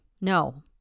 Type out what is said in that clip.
No